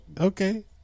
Okay